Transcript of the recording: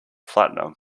platinum